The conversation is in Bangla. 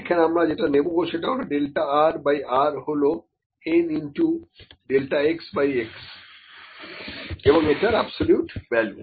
এখানে আমরা যেটা নেব সেটা হলো ডেল্টা r বাই r হল n into delta x by x এবং এটার অ্যাবসোলিউট ভ্যালু